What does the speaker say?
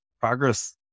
progress